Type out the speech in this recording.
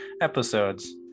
episodes